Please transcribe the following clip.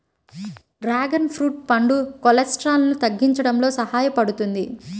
dragon fruit పండు కొలెస్ట్రాల్ను తగ్గించడంలో సహాయపడుతుంది